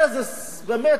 באמת,